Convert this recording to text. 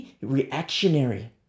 reactionary